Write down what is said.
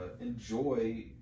enjoy